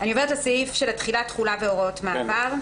נעבור לסעיף של התחילה, תחולה והוראות מעבר.